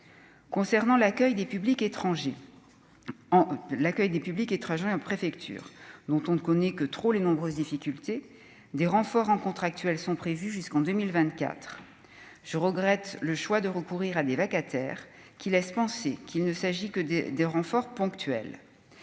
en l'accueil du public et très juin préfecture dont on ne connaît que trop les nombreuses difficultés des renforts en contractuels sont prévus jusqu'en 2024 je regrette le choix de recourir à des vacataires qui laissent penser qu'il ne s'agit que des des renforts ponctuels,